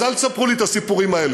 אז אל תספרו לי את הסיפורים האלה.